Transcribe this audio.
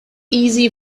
easy